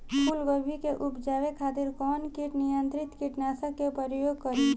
फुलगोबि के उपजावे खातिर कौन कीट नियंत्री कीटनाशक के प्रयोग करी?